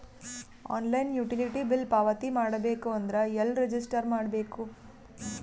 Online utility bill ಪಾವತಿ ಮಾಡಬೇಕು ಅಂದ್ರ ಎಲ್ಲ ರಜಿಸ್ಟರ್ ಮಾಡ್ಬೇಕು?